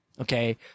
okay